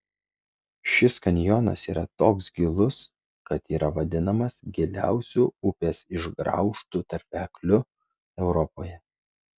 šis kanjonas yra toks gilus kad yra vadinamas giliausiu upės išgraužtu tarpekliu europoje